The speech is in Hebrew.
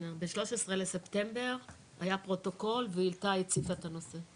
ב-13 בספטמבר היה פרוטוקול והיא הציפה את הנושא.